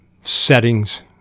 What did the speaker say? settings